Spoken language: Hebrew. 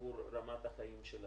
לשיפור רמת החיים של התושבים.